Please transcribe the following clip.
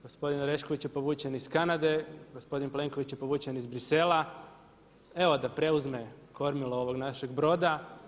Gospodin Orešković je povučen iz Kanade, gospodin Plenković je povučen iz Bruxellesa evo da preuzme kormilo ovog našeg broda.